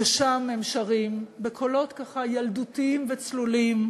ששם הם שרים בקולות ילדותיים וצלולים: